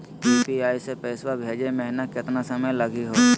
UPI स पैसवा भेजै महिना केतना समय लगही हो?